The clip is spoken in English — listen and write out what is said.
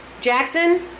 Jackson